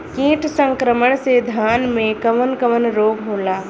कीट संक्रमण से धान में कवन कवन रोग होला?